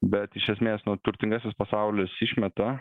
bet iš esmės nu turtingasis pasaulis išmeta